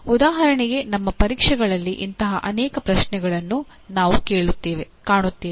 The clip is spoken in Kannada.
ಉದಾಹರಣೆಗೆ ನಮ್ಮ ಪರೀಕ್ಷೆಗಳಲ್ಲಿ ಇಂತಹ ಅನೇಕ ಪ್ರಶ್ನೆಗಳನ್ನು ನಾವು ಕಾಣುತ್ತೇವೆ